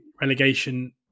relegation